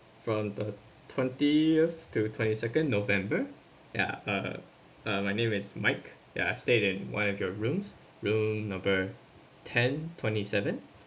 from the twentieth to to twenty second november ya uh my name is mike yeah I stay in one of your rooms room number ten twenty seven